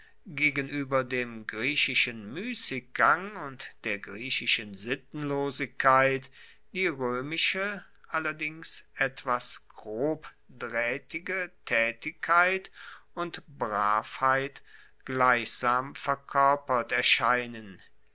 gegenueber dem griechischen muessiggang und der griechischen sittenlosigkeit die roemische allerdings etwas grobdraehtige taetigkeit und bravheit gleichsam verkoerpert erschienen